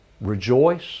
Rejoice